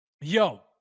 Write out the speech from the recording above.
Yo